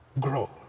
grow